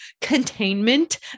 containment